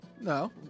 No